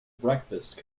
breakfast